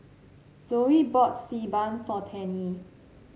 Zoe bought Xi Ban for Tennie